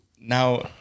now